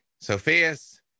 Sophia's